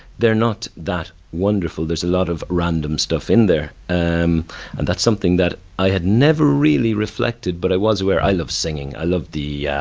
they're not that wonderful, there's a lot of random stuff in there um and that's something that i had never really reflected, but i was aware. i love singing, i love the.